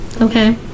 Okay